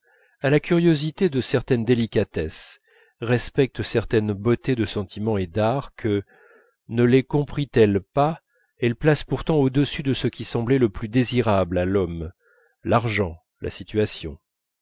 a la curiosité de certaines délicatesses respecte certaines beautés de sentiment et d'art que ne les comprît elle pas elle place pourtant au-dessus de ce qui semblait le plus désirable à l'homme l'argent la situation